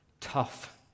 tough